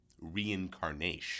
Reincarnation